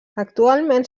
actualment